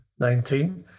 19